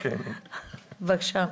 בבקשה.